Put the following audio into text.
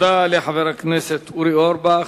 תודה לחבר הכנסת אורי אורבך.